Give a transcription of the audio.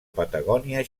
patagònia